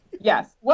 Yes